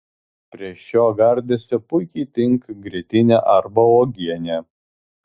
prie šio gardėsio puikiai tinka grietinė arba uogienė